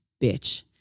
bitch